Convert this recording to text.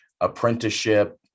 apprenticeship